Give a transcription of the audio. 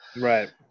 right